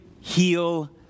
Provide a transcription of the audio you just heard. heal